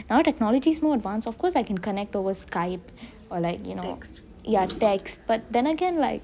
now technology's more advanced of course I can connect over skype or like you know text but then again like